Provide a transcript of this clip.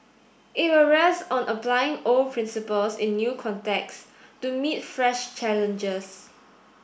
it will rest on applying old principles in new contexts to meet fresh challenges